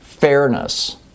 fairness